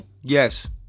Yes